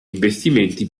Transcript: investimenti